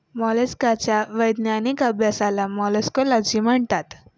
मोलस्काच्या वैज्ञानिक अभ्यासाला मोलॅस्कोलॉजी म्हणतात